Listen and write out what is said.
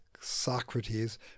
Socrates